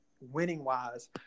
winning-wise